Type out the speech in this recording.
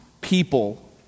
people